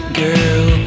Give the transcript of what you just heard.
girl